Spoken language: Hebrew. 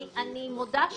אני חייבת לומר,